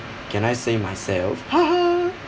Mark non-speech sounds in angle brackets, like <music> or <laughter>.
can I say myself <laughs>